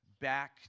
back